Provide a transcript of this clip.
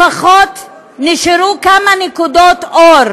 לפחות נשארו כמה נקודות אור,